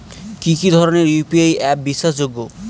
কি কি ধরনের ইউ.পি.আই অ্যাপ বিশ্বাসযোগ্য?